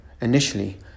initially